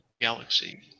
galaxy